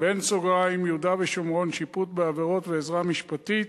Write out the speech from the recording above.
(יהודה והשומרון, שיפוט בעבירות ועזרה משפטית),